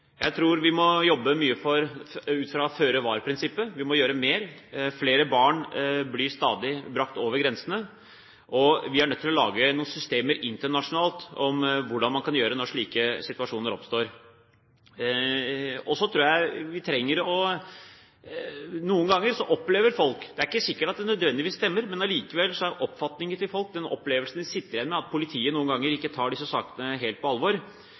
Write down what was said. Jeg tror vi må jobbe mye ut fra føre-var-prinsippet. Vi må gjøre mer. Flere barn blir stadig brakt over grensene, og vi er nødt til å lage noen systemer internasjonalt for hva man kan gjøre når slike situasjoner oppstår. Noen ganger – det er ikke sikkert at det nødvendigvis stemmer – er oppfatningen hos folk, og den opplevelsen folk sitter igjen med, at politiet ikke tar disse sakene helt på alvor,